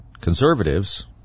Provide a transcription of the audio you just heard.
conservatives